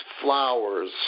flowers